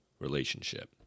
relationship